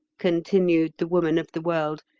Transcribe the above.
continued the woman of the world,